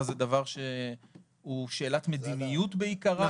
אבל זה דבר שהיא שאלת מדיניות בעיקרה.